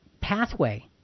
pathway